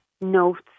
notes